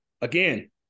again